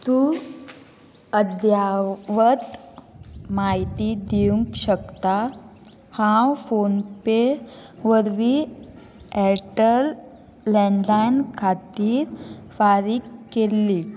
तूं अध्यावत म्हायती दिवंक शकता हांव फोनपे वरवीं एअरटॅल लँडलायन खातीर फारीक केल्ली